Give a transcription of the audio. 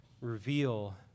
reveal